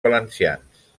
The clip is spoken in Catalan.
valencians